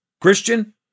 Christian